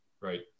right